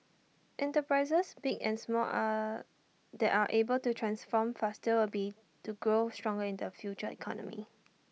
enterprises big and small are that are able to transform faster will be to grow stronger in the future economy